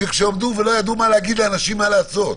כשלא ידעו מה להגיד לאנשים לעשות